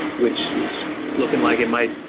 which is looking like it might,